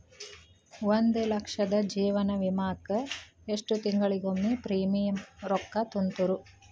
ಒಂದ್ ಲಕ್ಷದ ಜೇವನ ವಿಮಾಕ್ಕ ಎಷ್ಟ ತಿಂಗಳಿಗೊಮ್ಮೆ ಪ್ರೇಮಿಯಂ ರೊಕ್ಕಾ ತುಂತುರು?